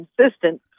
consistent